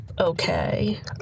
okay